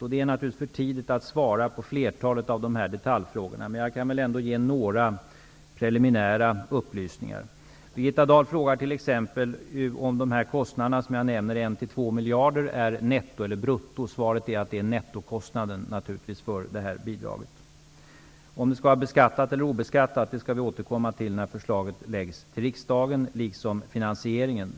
Det är naturligtvis för tidigt att svara på flertalet av dessa detaljfrågor. Men jag kan ändå ge några preliminära upplysningar. Birgitta Dahl frågar t.ex. om de kostnader som jag nämner, 1--2 miljarder kronor, är netto eller brutto. Svaret är att det naturligtvis är nettokostnaden för det här bidraget. Vi skall återkomma till om det skall vara beskattat eller obeskattat när förslaget läggs fram för riksdagen. Det gäller också finansieringen.